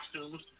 costumes